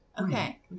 Okay